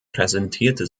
präsentierte